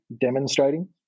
demonstrating